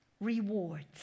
rewards